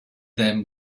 them